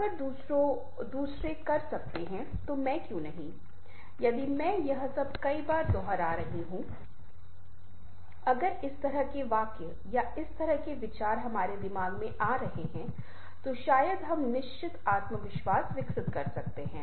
अगर दूसरे कर सकते हैं तो मैं क्यों नहीं यदि मैं यह सब कई बार दोहरा रहा हूं उर अगर इस तरह के वाक्य या इस तरह के विचार हमारे दिमाग में आ रहे हैं तो शायद हम निश्चित आत्मविश्वास विकसित कर सकते हैं